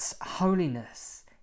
holiness